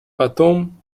потом